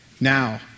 Now